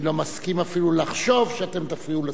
אני לא מסכים אפילו לחשוב שאתם תפריעו לשרים.